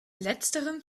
letzterem